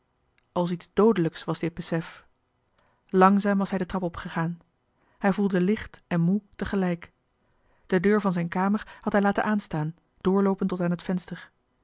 als iets doodelijks was dit besef langzaam was hij de trap op gegaan hij voelde licht en moe tegelijk de deur van zijn kamer had hij laten aanstaan doorloopend tot aan het venster